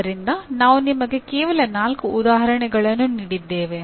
ಆದ್ದರಿಂದ ನಾವು ನಿಮಗೆ ಕೇವಲ ನಾಲ್ಕು ಉದಾಹರಣೆಗಳನ್ನು ನೀಡಿದ್ದೇವೆ